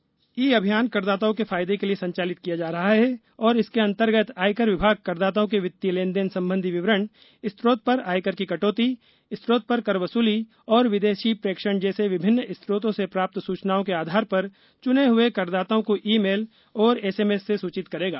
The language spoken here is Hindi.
ई अभियान करदाताओं के फायदे के लिए संचालित किया जा रहा है और इसके अंतर्गत आयकर विभाग करदाताओं के वित्तीय लेन देन संबंधी विवरण स्रोत पर आयकर की कटौती स्रोत पर कर वसूली और विदेशी प्रेषण जैसे विभिन्न स्रोतों से प्राप्त सूचनाओं के आधार पर चुने हुए करदाताओं को ई मेल और एसएम एस से सूचित करेगा